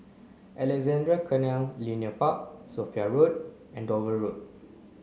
Alexandra Canal Linear Park Sophia Road and Dover Road